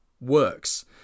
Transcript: works